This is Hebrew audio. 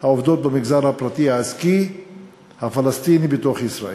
העובדות במגזר הפרטי-העסקי הפלסטיני בתוך ישראל.